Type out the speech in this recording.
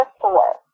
four